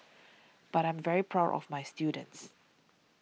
but I am very proud of my students